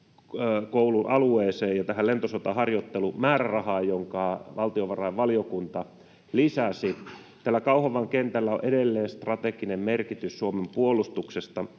alueeseen ja tähän lentosotaharjoittelumäärärahaan, jonka valtiovarainvaliokunta lisäsi. Kauhavan kentällä on edelleen strateginen merkitys Suomen puolustuksessa,